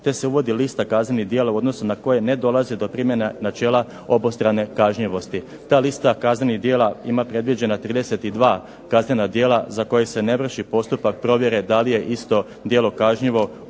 te se uvodi lista kaznenih djela u odnosu na koje ne dolaze do primjene načela obostrane kažnjivosti. Ta lista kaznenih djela ima predviđena 32 kaznena djela za koje se ne vrši postupak provjere da li je isto djelo kažnjivo